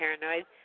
paranoid